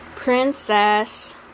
Princess